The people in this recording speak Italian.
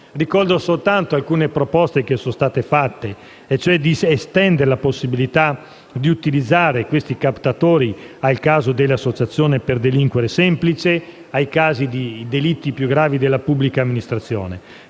Ricordo alcune proposte avanzate, tra le quali quella di estendere la possibilità di utilizzare questi captatori al caso dell'associazione per delinquere semplice e ai casi di delitti più gravi della pubblica amministrazione.